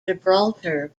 gibraltar